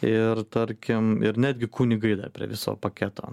ir tarkim ir netgi kunigai dar prie viso paketo